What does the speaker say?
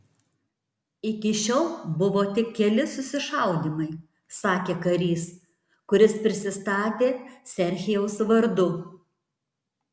iki šiol buvo tik keli susišaudymai sakė karys kuris prisistatė serhijaus vardu